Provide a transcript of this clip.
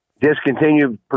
Discontinued